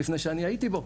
לפני שאני הייתי בו.